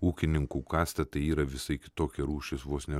ūkininkų kasta tai yra visai kitokia rūšis vos ne